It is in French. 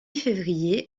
février